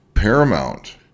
paramount